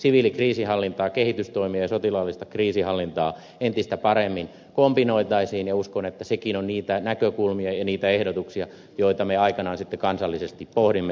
siviilikriisinhallintaa kehitystoimia ja sotilaallista kriisinhallintaa entistä paremmin kombinoitaisiin ja uskon että sekin on niitä näkökulmia ja niitä ehdotuksia joita me aikanaan sitten kansallisesti pohdimme